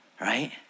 right